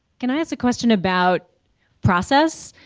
can i ask a question about process?